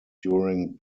during